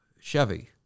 Chevy